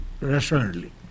rationally